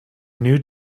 new